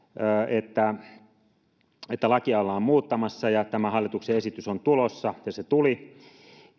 että että lakia ollaan muuttamassa ja tämä hallituksen esitys on tulossa ja se tuli